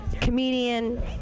comedian